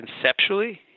conceptually